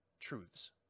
truths